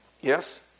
Yes